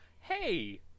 Hey